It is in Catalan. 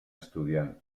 estudiant